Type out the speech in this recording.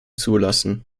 zulassen